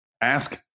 ask